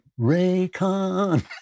Raycon